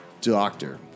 Doctor